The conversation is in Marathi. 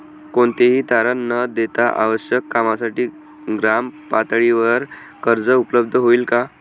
कोणतेही तारण न देता आवश्यक कामासाठी ग्रामपातळीवर कर्ज उपलब्ध होईल का?